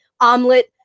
omelet